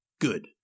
Good